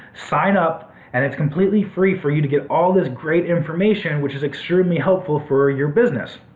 sign up and it's completely free for you to get all this great information which is extremely helpful for your business.